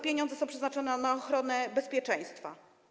Pieniądze są też przeznaczane na ochronę bezpieczeństwa.